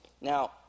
Now